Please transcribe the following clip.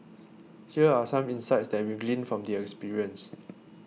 here are some insights that we gleaned from the experience